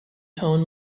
tone